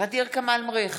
ע'דיר כמאל מריח,